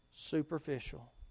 Superficial